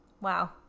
Wow